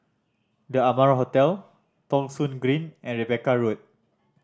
The Amara Hotel Thong Soon Green and Rebecca Road